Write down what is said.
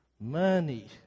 Money